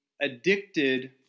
addicted